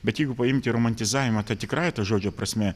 bet jeigu paimti romantizavimą ta tikrąja ta žodžio prasme